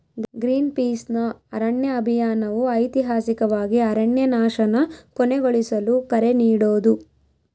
ಗ್ರೀನ್ಪೀಸ್ನ ಅರಣ್ಯ ಅಭಿಯಾನವು ಐತಿಹಾಸಿಕವಾಗಿ ಅರಣ್ಯನಾಶನ ಕೊನೆಗೊಳಿಸಲು ಕರೆ ನೀಡೋದು